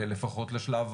לפחות לשלב